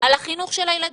על החינוך של הילדים?